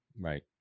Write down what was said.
right